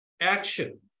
action